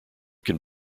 can